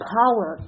power